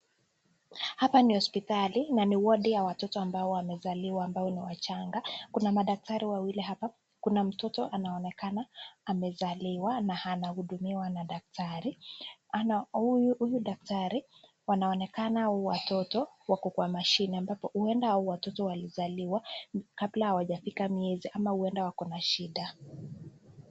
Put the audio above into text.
Hapa ni hospitali, na ni wodi ya watoto ambao wamezaliwa ambao ni wachanga, kuna madaktari wawili hapa, kuna mtoto anaonekana amezaliwa na anahudumiwa na daktari, huyu daktari, wanaonekana watoto wako mashine ambapo, huenda hao watoto walizaliwa, kabla hawajafika mienzi, ama huenda wako na shida.